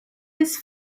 his